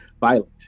violent